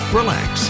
relax